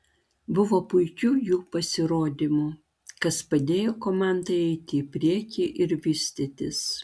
buvo puikių jų pasirodymų kas padėjo komandai eiti į priekį ir vystytis